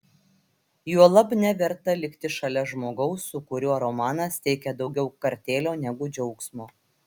juolab neverta likti šalia žmogaus su kuriuo romanas teikia daugiau kartėlio negu džiaugsmo